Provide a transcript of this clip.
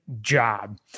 job